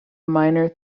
minor